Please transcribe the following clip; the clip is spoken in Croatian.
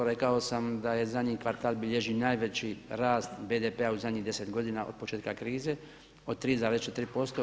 Rekao sam da zadnji kvartal bilježi najveći rast BDP-a u zadnjih 10 godina od početka krize od 3,4%